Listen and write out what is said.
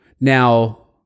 Now